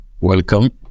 Welcome